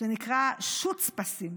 שנקרא Schutz-Pass.